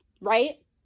right